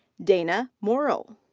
dana moryl.